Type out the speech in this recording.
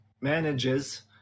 manages